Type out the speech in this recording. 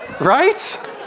Right